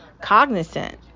cognizant